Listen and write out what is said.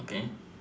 okay